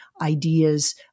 ideas